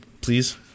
please